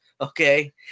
Okay